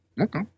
Okay